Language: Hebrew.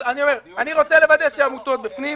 אז אני רוצה לוודא שהעמותות בפנים.